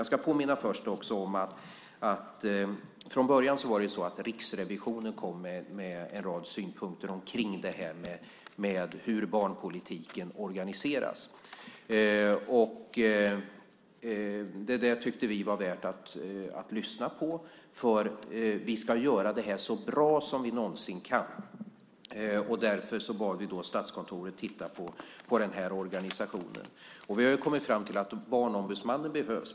Jag ska också påminna om att det från början var Riksrevisionen som kom med en rad synpunkter på hur barnpolitiken organiseras. Det tyckte vi var värt att lyssna på, för vi ska göra det här så bra som vi någonsin kan. Därför bad vi Statskontoret att titta på den här organisationen. Vi har kommit fram till att Barnombudsmannen behövs.